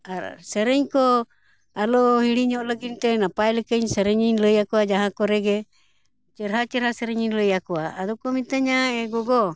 ᱟᱨ ᱥᱮᱨᱮᱧ ᱠᱚ ᱟᱞᱚ ᱦᱤᱲᱤᱧᱚᱜ ᱞᱟᱹᱜᱤᱫᱼᱛᱮ ᱱᱟᱯᱟᱭ ᱞᱮᱠᱟᱧ ᱥᱮᱨᱮᱧᱤᱧ ᱞᱟᱹᱭᱟᱠᱚᱣᱟ ᱡᱟᱦᱟᱸ ᱠᱚᱨᱮᱜᱮ ᱪᱮᱨᱦᱟ ᱪᱮᱦᱨᱟ ᱥᱮᱨᱮᱧᱤᱧ ᱞᱟᱹᱭᱟᱠᱚᱣᱟ ᱟᱫᱚ ᱠᱚ ᱢᱤᱛᱟᱹᱧᱟ ᱮ ᱜᱚᱜᱚ